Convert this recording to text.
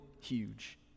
huge